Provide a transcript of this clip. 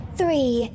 three